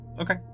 Okay